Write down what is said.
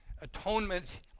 Atonement